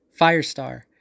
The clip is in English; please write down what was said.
Firestar